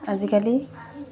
আজিকালি